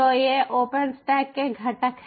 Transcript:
तो ये ओपनस्टैक के घटक हैं